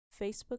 Facebook